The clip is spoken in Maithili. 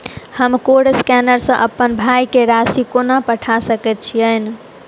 हम कोड स्कैनर सँ अप्पन भाय केँ राशि कोना पठा सकैत छियैन?